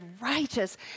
righteous